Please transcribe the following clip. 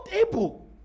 able